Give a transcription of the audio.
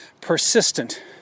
Persistent